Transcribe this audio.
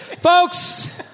Folks